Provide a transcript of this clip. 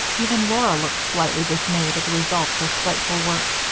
even laura looked slightly dismayed at the result of her spiteful work.